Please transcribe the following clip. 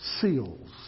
seals